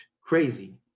crazy